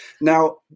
Now